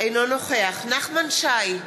אינו נוכח נחמן שי,